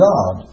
God